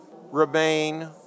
remain